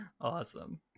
Awesome